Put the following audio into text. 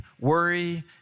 worry